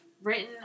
Written